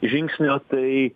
žingsnio tai